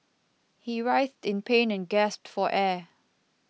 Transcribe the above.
he writhed in pain and gasped for air